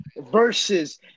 Versus